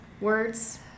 words